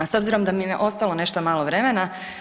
A s obzirom a mi je ostalo nešto malo vremena.